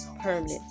permanent